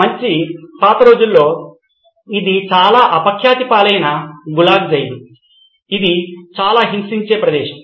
మంచి పాత రోజుల్లో ఇది చాలా అపఖ్యాతి పాలైన గులాగ్ జైలు ఇది చాలా హింసించే ప్రదేశం